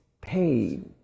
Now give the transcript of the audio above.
paid